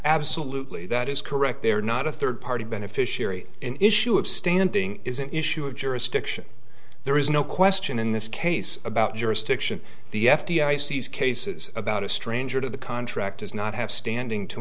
absolutely that is correct they are not a third party beneficiary in issue of standing is an issue of jurisdiction there is no question in this case about jurisdiction the f b i sees cases about a stranger to the contract does not have standing to